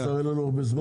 טוב, אין לנו הרבה זמן.